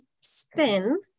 SPIN